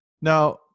Now